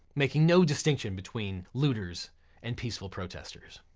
making no distinction between looters and peaceful protesters.